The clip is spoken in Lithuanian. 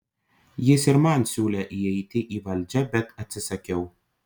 jis ir man siūlė įeiti į valdžią bet atsisakiau